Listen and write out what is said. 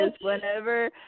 whenever